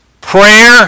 prayer